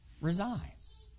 resides